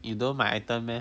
you know my item meh